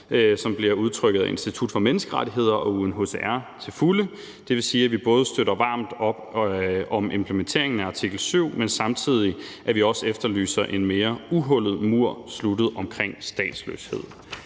som bliver udtrykt af Institut for Menneskerettigheder og UNHCR, til fulde. Det vil sige, at vi både støtter varmt op om implementeringen af artikel 7, men også samtidig efterlyser en mere uhullet mur sluttet omkring statsløshed.